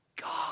God